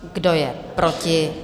Kdo je proti?